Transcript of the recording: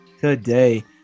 Today